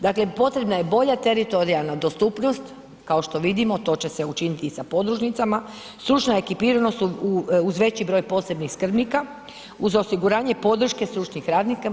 Dakle potrebna je bolje teritorijalna dostupnost, kao što vidimo to će se učiniti i sa podružnicama, stručna ekipiranost uz veći broj posebnih skrbnika uz osiguranje i podrške stručnih radnika.